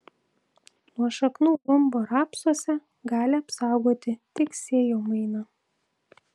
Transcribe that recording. nuo šaknų gumbo rapsuose gali apsaugoti tik sėjomaina